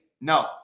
No